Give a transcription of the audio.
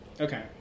Okay